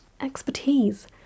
expertise